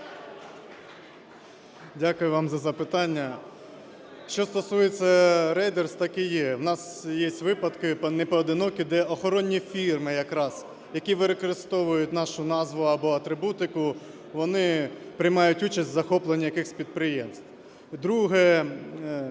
Дякую вам за запитання. Що стосується рейдерства, таке є. У нас є випадки непоодинокі, де охоронні фірми, які використовують нашу назву або атрибутику, вони приймають участь в захопленні якихось підприємств. Друге.